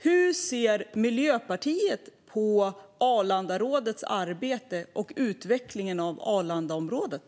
Hur ser Miljöpartiet på Arlandarådets arbete och utvecklingen av Arlandaområdet?